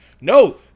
No